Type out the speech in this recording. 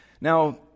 Now